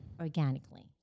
organically